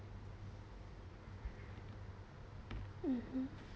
mmhmm